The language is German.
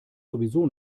sowieso